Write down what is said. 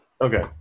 Okay